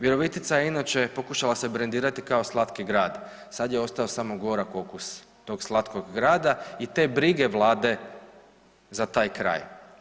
Virovitica je inače pokušala se brendirati kao slatki grad sad je ostao samo gorak okus tog slatkog grada i te brige Vlade za taj kraj.